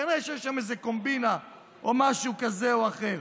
כנראה יש שם איזה קומבינה או משהו כזה או אחר.